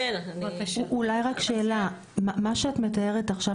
מה שאת מתארת עכשיו,